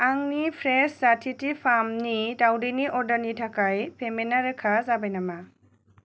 आंनि फ्रेश जाथि थि फार्मनि दावदैनि अर्डारनि थाखाय पेमेन्टया रोखा जाबाय नामा